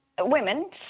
women